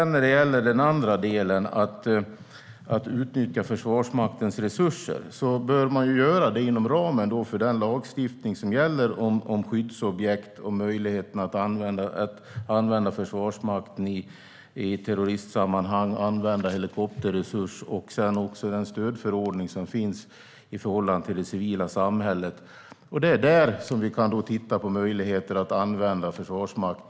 När det gäller att utnyttja Försvarsmaktens resurser bör man göra det inom ramen för den lagstiftning som gäller om skyddsobjekt och möjligheten att använda Försvarsmakten i terroristsammanhang och att använda helikopterresurs. Sedan har vi också den stödförordning som finns i förhållande till det civila samhället. Det är där vi kan titta på möjligheter att använda försvarsmakt.